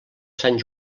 sant